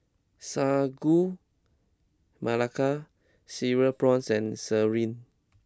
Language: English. Sagu Melaka Cereal Prawns and Sireh